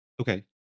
okay